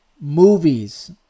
movies